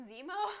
Zemo